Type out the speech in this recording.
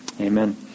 amen